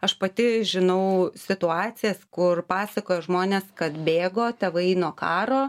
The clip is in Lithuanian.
aš pati žinau situacijas kur pasakojo žmonės kad bėgo tėvai nuo karo